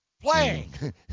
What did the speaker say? playing